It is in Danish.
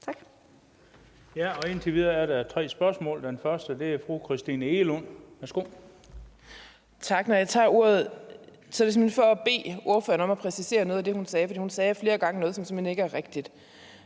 Bøgsted): Indtil videre er der tre spørgere. Den første er fru Christina Egelund. Værsgo. Kl. 13:14 Christina Egelund (LA): Tak. Når jeg tager ordet, er det simpelt hen for at bede ordføreren præcisere noget af det, hun sagde, for hun sagde flere gange noget, som simpelt hen ikke er rigtigt.